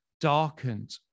darkened